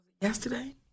yesterday